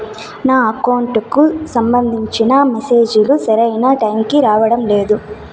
నా అకౌంట్ కు సంబంధించిన మెసేజ్ లు సరైన టైము కి రావడం లేదు